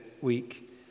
week